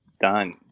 done